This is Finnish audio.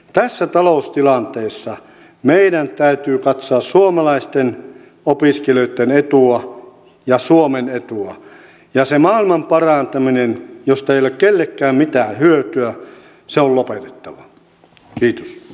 tässä taloustilanteessa meidän täytyy katsoa suomalaisten opiskelijoitten etua ja suomen etua ja se maailmanparantaminen josta ei ole kellekään mitään hyötyä on lopetettava